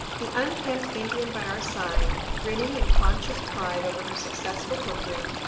the unkempt indian by our side, grinning in conscious pride over her successful cookery,